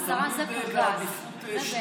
הוא תמיד בעדיפות שלישית ורביעית.